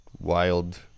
wild